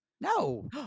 No